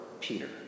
Peter